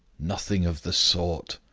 nothing of the sort.